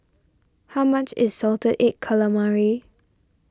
how much is Salted Egg Calamari